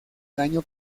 daño